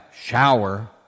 shower